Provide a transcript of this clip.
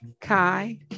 Kai